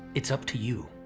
it's up to you.